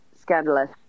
scandalous